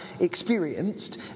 experienced